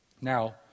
Now